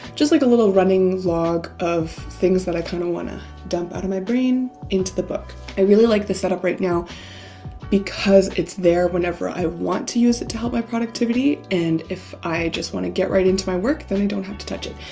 just like a little running log of things that i kind of want to dump out of my brain, into the book. i really like this setup right now because it's there whenever i want to use it to help my productivity, and if i just want to get right into my work, then i don't have to touch it.